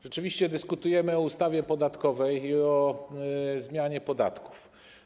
Rzeczywiście dyskutujemy o ustawie podatkowej i o zmianie podatków.